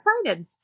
excited